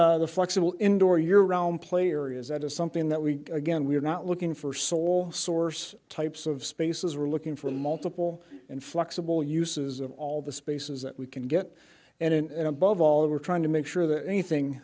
creating the flexible indoor your realm player is that is something that we again we're not looking for sole source types of spaces we're looking for multiple and flexible uses of all the spaces that we can get and above all we're trying to make sure that anything